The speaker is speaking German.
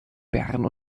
bern